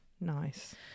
Nice